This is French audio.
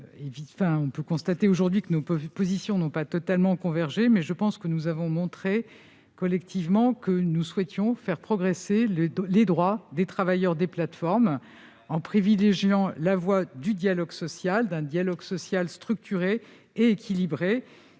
Je constate que nos positions n'ont pas totalement convergé, mais je pense que nous avons montré collectivement notre souhait de faire progresser les droits des travailleurs des plateformes en privilégiant la voie d'un dialogue social structuré et équilibré,